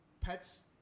pets